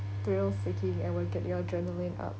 thrill seeking and we'll get their adrenaline up